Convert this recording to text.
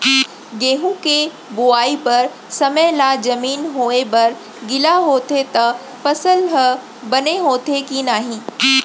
गेहूँ के बोआई बर समय ला जमीन होये बर गिला होथे त फसल ह बने होथे की नही?